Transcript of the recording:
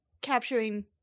capturing